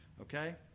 okay